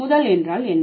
முதல் என்றால் என்ன